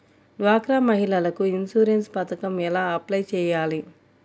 డ్వాక్రా మహిళలకు ఇన్సూరెన్స్ పథకం ఎలా అప్లై చెయ్యాలి?